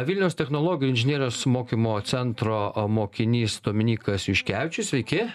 vilniaus technologijų inžinerijos mokymo centro mokinys dominykas juškevičius sveiki